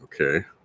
Okay